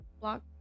block